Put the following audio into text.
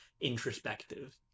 introspective